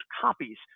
copies